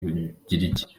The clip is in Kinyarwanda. bugiriki